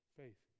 faith